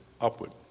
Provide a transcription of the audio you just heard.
upward